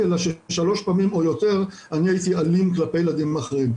אלא שלוש פעמים או יותר אני הייתי אלים כלפי ילדים אחרים.